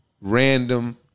random